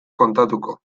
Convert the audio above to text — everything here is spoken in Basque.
kontatuko